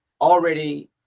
already